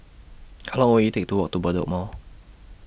How Long Will IT Take to Walk to Bedok Mall